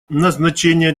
назначения